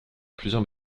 plusieurs